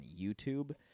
youtube